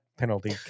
penalty